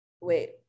wait